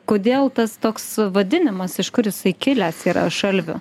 kodėl tas toks vadinimas iš kur jisai kilęs yra šalvio